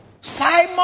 Simon